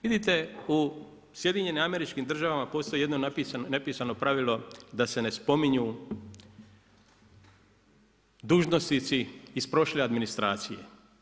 Vidite u Sjedinjenim Američkim Državama postoji jedno nepisano pravilu da se ne spominju dužnosnici iz prošle administracije.